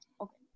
Okay